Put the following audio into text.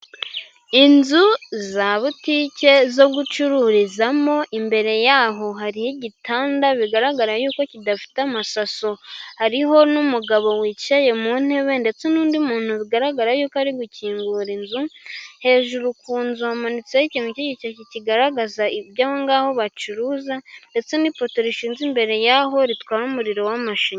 Inzu za butike zo gucururizamo, imbere yaho hariigitanda bigaragara yuko kidafite amasaso. Hariho n'umugabo wicaye mu ntebe, ndetse n'undi muntu bigaragara yuko ari gukingura inzu, hejuru ku nzu hamanitseho ikintu cy'igishashi kigaragaza ibyo aho ngaho bacuruza, ndetse n'ipoto rishinze imbere y'aho ritwara umuriro w'amashanyarazi.